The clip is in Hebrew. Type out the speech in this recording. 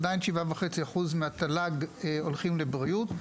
עדיין 7.5% מהתל"ג הולכים לבריאות.